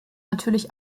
natürlich